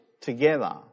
together